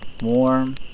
Warm